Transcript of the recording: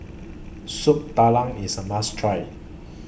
Soup Tulang IS A must Try